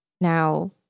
now